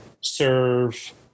serve